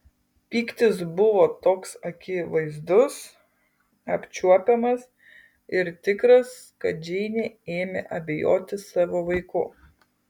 pyktis buvo toks akivaizdus apčiuopiamas ir tikras kad džeinė ėmė abejoti savo vaiku